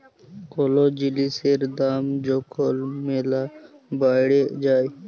call জিলিসের দাম যখল ম্যালা বাইড়ে যায়